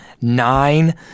nine